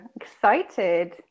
Excited